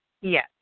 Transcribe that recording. Yes